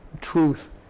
truth